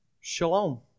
shalom